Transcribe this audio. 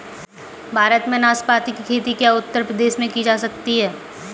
भारत में नाशपाती की खेती क्या उत्तर प्रदेश में की जा सकती है?